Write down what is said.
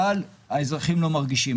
אבל האזרחים לא מרגישים.